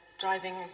driving